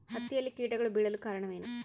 ಹತ್ತಿಯಲ್ಲಿ ಕೇಟಗಳು ಬೇಳಲು ಕಾರಣವೇನು?